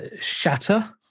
shatter